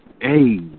Hey